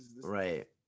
right